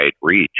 reach